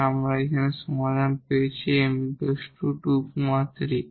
তাই আমরা এখানে সমাধান পেয়েছি 𝑚 2 3